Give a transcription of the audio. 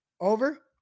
Over